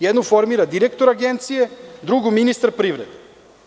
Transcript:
Jednu formira direktor Agencije, drugu ministar privrede.